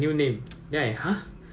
then I have other names like